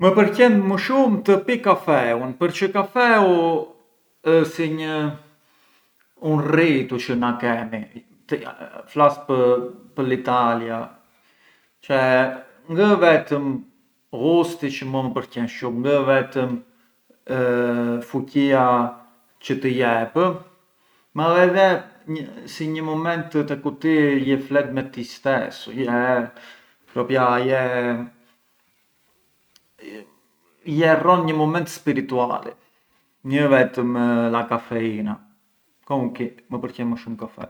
Na pincar l’arancioni per esempiu më vjen ment narënxza, më vjen ment çë di, ato kungujë di Halloween, e ngë e di.